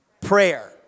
prayer